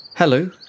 Hello